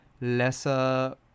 lesser